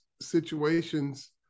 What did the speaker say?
situations